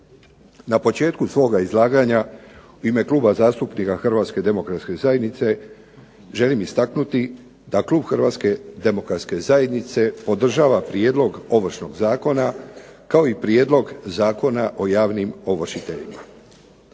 Na početku svoga izlaganja u ime Kluba zastupnika HDZ-a želim istaknuti da klub HDZ-a podržava prijedlog ovršnog zakona kao i prijedlog Zakona o javnim ovršiteljima.